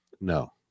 no